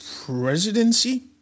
presidency